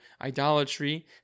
idolatry